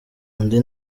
undi